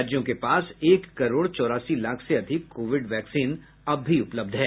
राज्यों के पास एक करोड़ चौरासी लाख से अधिक कोविड वैक्सीन अब भी उपलब्ध हैं